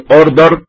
order